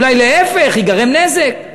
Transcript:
אולי להפך, ייגרם נזק,